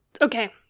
Okay